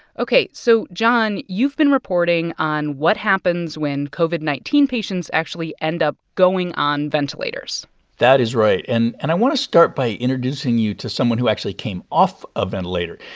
ok. so, jon, you've been reporting on what happens when covid nineteen patients actually end up going on ventilators that is right. and and i want to start by introducing you to someone who actually came off a ventilator.